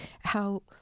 how-